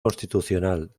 constitucional